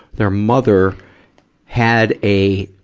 their mother had a,